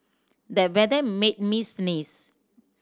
the weather made me sneeze